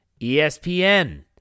ESPN